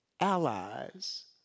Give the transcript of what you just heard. allies